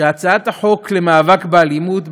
שהצעת החוק למאבק באלימות,